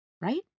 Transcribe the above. right